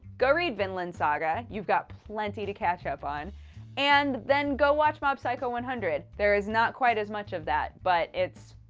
go read vinland saga you've got plenty to catch up on and then go watch mob psycho one hundred. there's not quite as much of that, but it's.